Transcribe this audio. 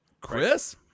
Chris